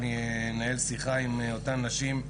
אני אנהל שיחה עם אותן נשים,